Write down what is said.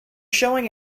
showing